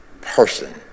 person